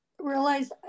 realize